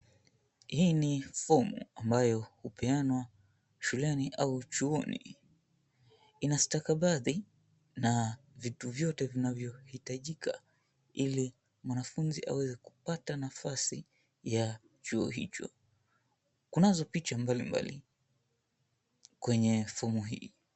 Hii ni fomu ambayo hupeanwa shuleni au chuoni. Ina stakabadhi na vitu vyote vinavyohitajika ili mwanafunzi aweze kupata nafasi ya chuo hicho. Kunazo picha mbalimbali kwenye fomu hii.